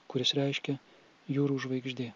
kuris reiškia jūrų žvaigždė